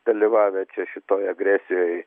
dalyvavę čia šitoj agresijoj